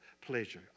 pleasure